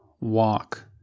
walk